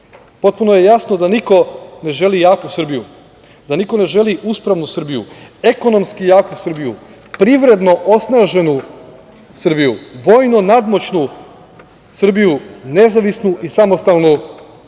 Potpuno je jasno da niko ne želi jaku Srbiju, da niko ne želi uspravnu Srbiju, ekonomski jaku Srbiju, privredno osnaženu Srbiju, vojno nadmoćnu Srbiju, nezavisnu i samostalnu u